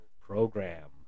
program